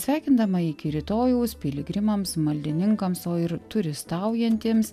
sveikindama iki rytojaus piligrimams maldininkams o ir turistaujantiems